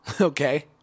Okay